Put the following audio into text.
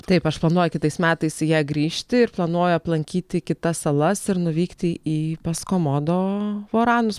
taip aš planuoju kitais metais į ją grįžti ir planuoju aplankyti kitas salas ir nuvykti į pas komodo voranus